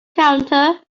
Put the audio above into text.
counter